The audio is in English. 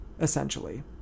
essentially